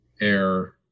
air